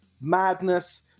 madness